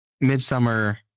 Midsummer